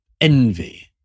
envy